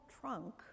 trunk